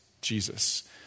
Jesus